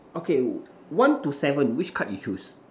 okay one to seven which card you choose